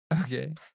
Okay